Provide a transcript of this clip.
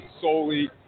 solely